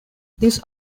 this